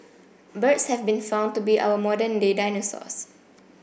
birds have been found to be our modern day dinosaurs